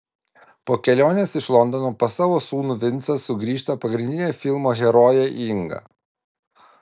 po kelionės iš londono pas savo sūnų vincą sugrįžta pagrindinė filmo herojė inga